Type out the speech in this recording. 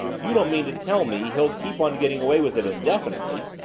you don't mean to tell me he'll keep on getting away with it indefinitely?